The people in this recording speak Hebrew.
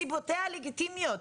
סיבותיה הלגיטימיות.